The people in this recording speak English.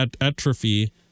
atrophy